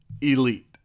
Elite